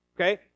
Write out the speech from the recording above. Okay